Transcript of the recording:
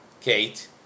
Kate